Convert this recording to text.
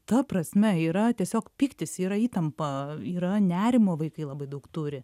ta prasme yra tiesiog pyktis yra įtampa yra nerimo vaikai labai daug turi